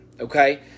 okay